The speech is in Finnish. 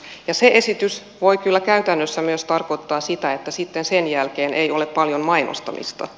ja se esitys voi kyllä käytännössä myös tarkoittaa sitä että sitten sen jälkeen ei ole paljon mainostamista